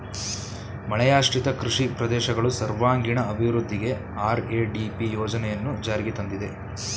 ಮಳೆಯಾಶ್ರಿತ ಕೃಷಿ ಪ್ರದೇಶಗಳು ಸರ್ವಾಂಗೀಣ ಅಭಿವೃದ್ಧಿಗೆ ಆರ್.ಎ.ಡಿ.ಪಿ ಯೋಜನೆಯನ್ನು ಜಾರಿಗೆ ತಂದಿದೆ